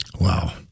Wow